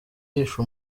yishe